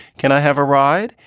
can i have a ride?